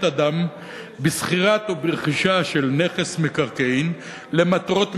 אדם בשכירה או ברכישה של נכס מקרקעין למטרות מגורים,